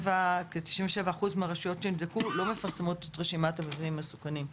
כ-97 אחוזים מהרשויות שנבדקו לא מפרסמות את רשימת המבנים המסוכנים,